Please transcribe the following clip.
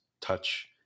touch